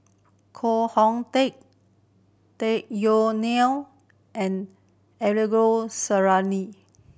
Koh Hong Teng Tung Yue Nang and Angelo Sanelli